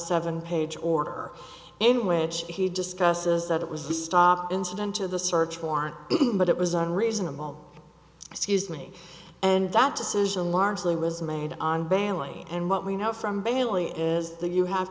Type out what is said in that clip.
seven page order in which he discusses that it was the stop incident to the search warrant but it was an reasonable excuse me and that decision largely was made on bailey and what we know from bailey is that you have